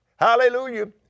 Hallelujah